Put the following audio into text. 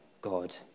God